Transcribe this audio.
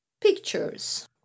Pictures